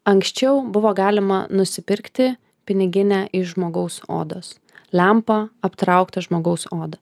anksčiau buvo galima nusipirkti piniginę iš žmogaus odos lempą aptrauktą žmogaus oda